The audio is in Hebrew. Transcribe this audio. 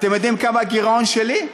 אתם יודעים כמה הגירעון שלי,